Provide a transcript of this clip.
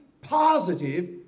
positive